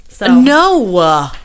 No